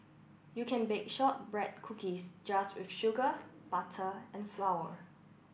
you can bake shortbread cookies just with sugar butter and flour